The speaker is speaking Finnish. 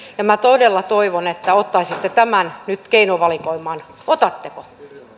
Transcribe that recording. ja minä todella toivon että ottaisitte tämän nyt keinovalikoimaan otatteko